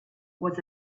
was